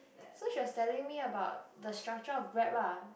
so she was telling me about the structure of grab ah